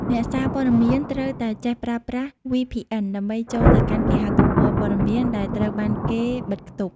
អ្នកសារព័ត៌មានត្រូវតែចេះប្រើប្រាស់ VPN ដើម្បីចូលទៅកាន់គេហទំព័រព័ត៌មានដែលត្រូវបានគេបិទខ្ទប់។